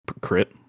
crit